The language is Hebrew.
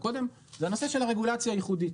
קודם זה הנושא של הרגולציה הייחודית.